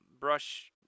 brush